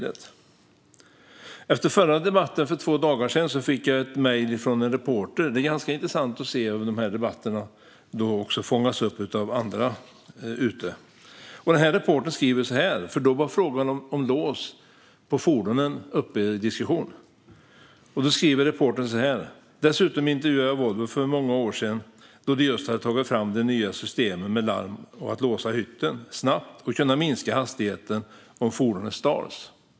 Efter förra debatten, för två dagar sedan, fick jag ett mejl från en reporter, för då var frågan om lås på fordonen uppe till diskussion. Det är ganska intressant att se hur de här debatterna också fångas upp av andra. Reportern skriver så här: Dessutom intervjuade jag Volvo för många år sedan, då de just hade tagit fram de nya systemen med larm, möjlighet att låsa hytten snabbt och minska hastigheten om fordonet stals.